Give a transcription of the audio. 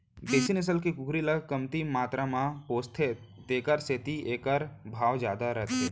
देसी नसल के कुकरी ल कमती मातरा म पोसथें तेकर सेती एकर भाव जादा रथे